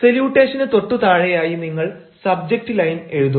സല്യൂട്ടേഷന് തൊട്ടു താഴെയായി നിങ്ങൾ സബ്ജക്റ്റ് ലൈൻ എഴുതും